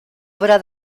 obra